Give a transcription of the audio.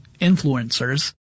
influencers